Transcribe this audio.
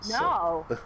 No